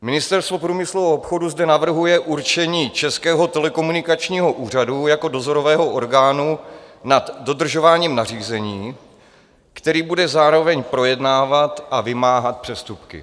Ministerstvo průmyslu a obchodu zde navrhuje určení Českého telekomunikačního úřadu jako dozorového orgánu nad dodržováním nařízení, který bude zároveň projednávat a vymáhat přestupky.